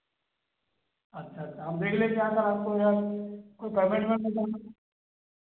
अच्छा अच्छा हम देख अगर कोई है पेमेंट